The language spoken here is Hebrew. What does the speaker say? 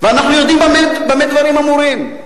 ואנחנו יודעים במה דברים אמורים.